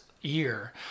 year